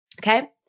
Okay